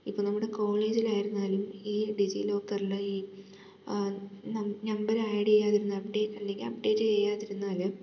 ഇപ്പോൾ നമ്മുടെ കോളേജിലായിരുന്നാലും ഈ ഡിജി ലോക്കറിലെ ഈ നമ്പർ ആഡ് ചെയ്തിരുന്നാൽ അല്ലേ അപ്ഡേറ്റ് ചെയ്യാതിരുന്നാൽ